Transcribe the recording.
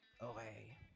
Okay